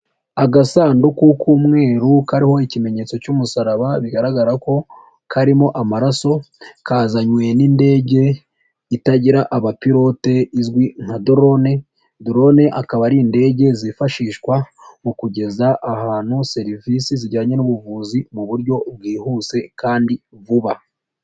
Agasanduku k'umweru kariho ikimenyetso cy'umusaraba bigaragara ko karimo amaraso kazanywe n'indege itagira abapilote izwi nka dorone, dorone akaba ari indege zifashishwa mu kugeza ahantu serivisi zijyanye n'ubuvuzi mu buryo bwihuse kandi vuba.